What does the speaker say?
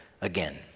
again